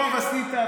טוב עשית,